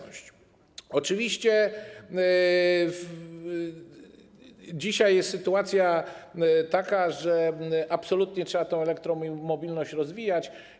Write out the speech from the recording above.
Oczywiście dzisiaj jest taka sytuacja, że absolutnie trzeba tę elektromobilność rozwijać.